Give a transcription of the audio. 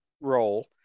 role